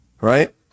right